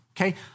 okay